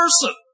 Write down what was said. person